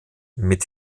mit